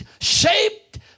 shaped